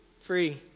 free